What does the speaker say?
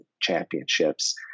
championships